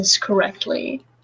correctly